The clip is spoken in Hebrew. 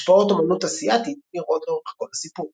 השפעות אמנות אסייתית נראות לאורך כל הסיפור.